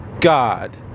God